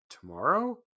Tomorrow